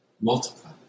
multiply